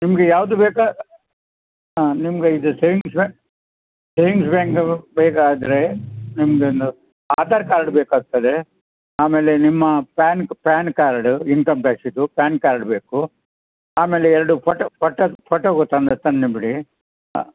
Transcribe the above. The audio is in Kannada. ನಿಮಗೆ ಯಾವುದು ಬೇಕೋ ಹಾಂ ನಿಮ್ಗೆ ಇದು ಸೇವಿಂಗ್ಸ್ ಬ್ಯಾ ಸೇವಿಂಗ್ಸ್ ಬ್ಯಾಂಕದು ಬೇಕಾದರೆ ನಿಮ್ಮದೊಂದು ಆಧಾರ್ ಕಾರ್ಡ್ ಬೇಕಾಗ್ತದೆ ಆಮೇಲೆ ನಿಮ್ಮ ಪ್ಯಾನ್ಕ್ ಪ್ಯಾನ್ ಕಾರ್ಡು ಇನ್ಕಮ್ ಟ್ಯಾಕ್ಸಿದು ಪ್ಯಾನ್ ಕಾರ್ಡ್ ಬೇಕು ಆಮೇಲೆ ಎರಡು ಪಟೊ ಪಟೋ ಪಟೊವು ತಂದು ತಂದುಬಿಡಿ ಹಾಂ